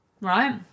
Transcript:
Right